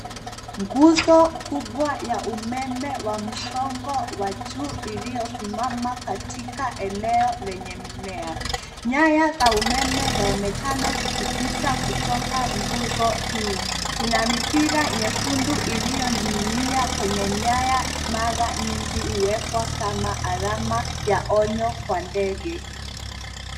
Nguzo kubwa ya umeme wa msongo wa juu iliyosimama katika eneo lenye mimea. Nyaya za umeme zaonekana zikipita kutoka nguzo hii. Kuna mipira nyekundu iliyoning'inia kwenye nyaya mara nyingi huwekwa kama alama ya onyo kwa ndege.